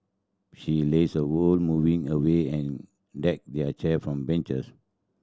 she lazed her whole morning away and deck their chair from beaches